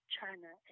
China